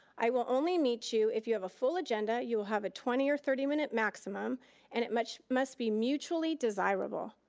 i will only meet you if you have a full agenda. you will have a twenty or thirty minute maximum and it must be mutually desirable.